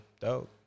Dope